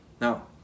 Now